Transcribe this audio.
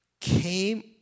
came